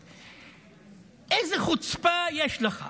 איזו חוצפה יש לך?